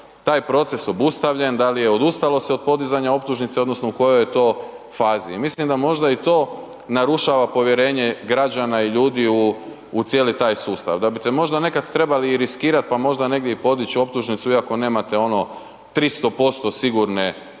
taj proces obustavljen, da li je odustalo se od poduzimanja optužnice odnosno u kojoj je to fazi i mislim da možda i to narušava povjerenje građana i ljudi u, u cijeli taj sustav, da bite možda nekad trebali i riskirat, pa možda negdje i podić optužnicu iako nemate ono 300% sigurne,